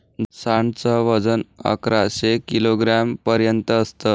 सांड च वजन अकराशे किलोग्राम पर्यंत असत